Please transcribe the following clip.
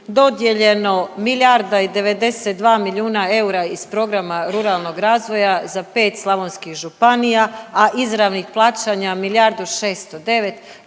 dodijeljeno milijarda i 92 milijuna eura iz programa ruralnog razvoja za 5 slavonskih županija, a izravnih plaćanja milijardu